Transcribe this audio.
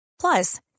Plus